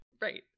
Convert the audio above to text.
Right